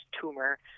tumor